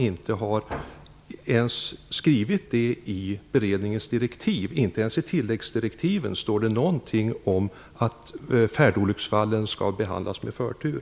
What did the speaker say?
Inte ens i tilläggsdirektiven står det någonting om att färdo lycksfallen skall behandlas med förtur.